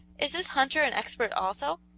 is this hunter an expert also?